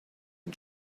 and